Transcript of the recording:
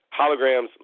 holograms